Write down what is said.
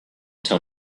tell